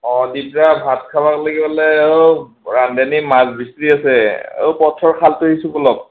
অ দুপৰীয়া ভাত খাবলৈ গ'লে অ ৰান্ধনি মাছ বিচাৰি আছে অ পথৰ খালটো সিচোঁ ব'লক